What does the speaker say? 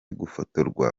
gufotorwa